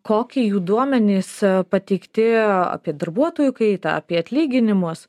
kokie jų duomenys pateikti apie darbuotojų kaitą apie atlyginimus